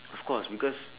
of course because